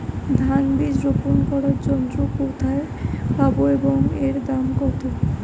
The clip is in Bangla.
ধান বীজ রোপন করার যন্ত্র কোথায় পাব এবং এর দাম কত?